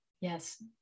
Yes